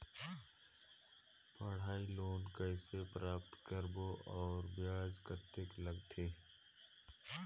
पढ़ाई लोन कइसे प्राप्त करबो अउ ब्याज कतेक लगथे?